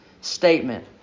statement